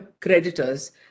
creditors